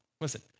listen